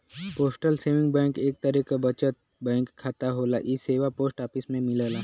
postal saving bank एक तरे बचत बैंक खाता होला इ सेवा पोस्ट ऑफिस में मिलला